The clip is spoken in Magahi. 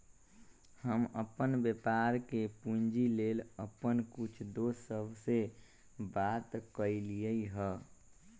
हम अप्पन व्यापार के पूंजी लेल अप्पन कुछ दोस सभ से बात कलियइ ह